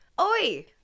oi